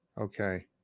Okay